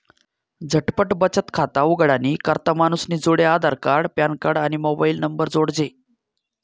झटपट बचत खातं उघाडानी करता मानूसनी जोडे आधारकार्ड, पॅनकार्ड, आणि मोबाईल नंबर जोइजे